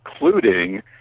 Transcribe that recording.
including